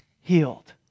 healed